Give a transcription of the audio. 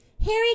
Harry